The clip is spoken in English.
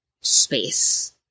space